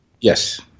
Yes